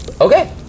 okay